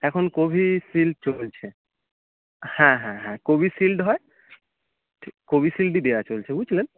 এখন কোভিশিল্ড চলছে হ্যাঁ হ্যাঁ হ্যাঁ কোভিশিল্ড হয় ঠিক কোভি শিল্ডই দেয়া চলছে বুঝলেন